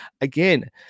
Again